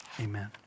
amen